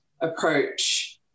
approach